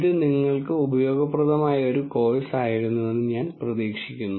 ഇത് നിങ്ങൾക്ക് ഉപയോഗപ്രദമായ ഒരു കോഴ്സ് ആയിരുന്നുവെന്ന് ഞാൻ പ്രതീക്ഷിക്കുന്നു